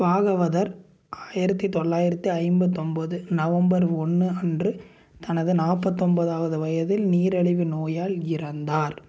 பாகவதர் ஆயிரத்து தொள்ளாயிரத்து ஐம்பத்தொம்பது நவம்பர் ஒன்னு அன்று தனது நாற்பத்தொம்போதாவது வயதில் நீரழிவு நோயால் இறந்தார்